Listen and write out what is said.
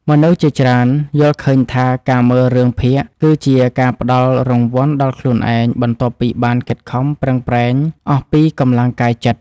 មនុស្សជាច្រើនយល់ឃើញថាការមើលរឿងភាគគឺជាការផ្ដល់រង្វាន់ដល់ខ្លួនឯងបន្ទាប់ពីបានខិតខំប្រឹងប្រែងអស់ពីកម្លាំងកាយចិត្ត។